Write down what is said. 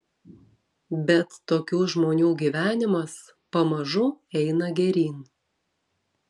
bet tokių žmonių gyvenimas pamažu eina geryn